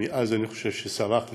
מאז אני חושב שסלח לי: